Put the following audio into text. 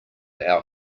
out